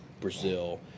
Brazil